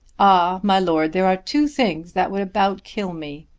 ah, my lord, there are two things that would about kill me.